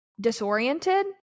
disoriented